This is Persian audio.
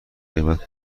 غیبت